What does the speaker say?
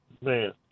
man